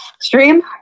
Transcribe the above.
stream